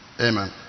Amen